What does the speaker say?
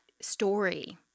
story